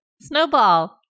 Snowball